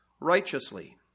righteously